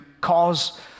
cause